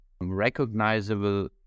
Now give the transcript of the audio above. recognizable